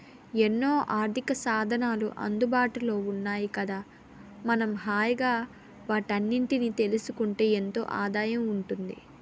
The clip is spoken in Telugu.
ఎన్నో ఆర్థికసాధనాలు అందుబాటులో ఉన్నాయి కదా మనం హాయిగా వాటన్నిటినీ తెలుసుకుంటే ఎంతో ఆదాయం ఉంటుంది